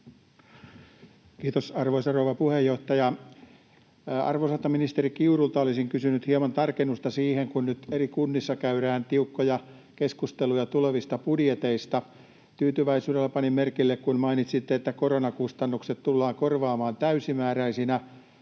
Kiitos, arvoisa rouva puheenjohtaja! Arvoisalta ministeri Kiurulta olisin kysynyt hieman tarkennusta siihen, kun nyt eri kunnissa käydään tiukkoja keskusteluja tulevista budjeteista. Tyytyväisyydellä panin merkille, kun mainitsitte, että koronakustannukset tullaan korvaamaan täysimääräisinä